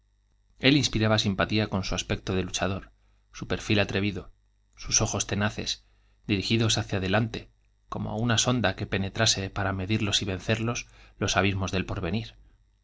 él inspiraba simpatía con su aspecto de luchador hacia u perfil atrevido sus ojos tenaces dirigidos delante como una sonda que penetrase para medirlos vencerlos los abismos del porvenir